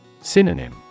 Synonym